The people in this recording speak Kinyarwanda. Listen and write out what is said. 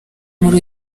muri